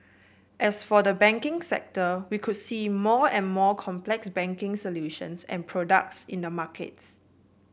as for the banking sector we could see more and more complex banking solutions and products in the markets